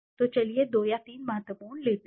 तो चलिए 2 या 3 महत्वपूर्ण लेते हैं